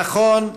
נכון,